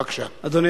אדוני